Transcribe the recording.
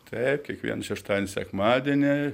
taip kiekvieną šeštadienį sekmadienį